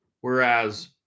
Whereas